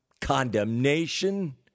condemnation